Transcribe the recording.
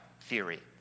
theory